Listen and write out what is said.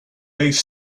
base